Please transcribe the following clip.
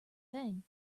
thing